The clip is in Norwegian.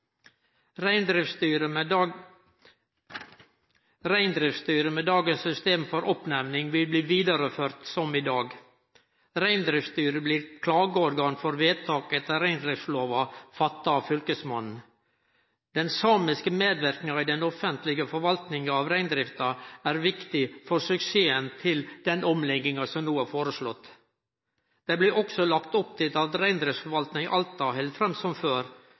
Reindriftsstyret, med dagens system for oppnemning, vil bli ført vidare som i dag. Reindriftsstyret blir klageorgan for vedtak etter reindriftslova fatta av Fylkesmannen. Den samiske medverknaden i den offentlege forvaltinga av reindrifta er viktig for suksessen til den omlegginga som no er foreslått. Det blir også lagt opp til at reindriftsforvaltinga i Alta held fram som før